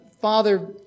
Father